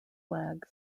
flags